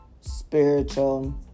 spiritual